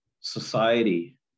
society